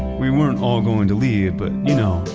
we weren't all going to leave, but you know,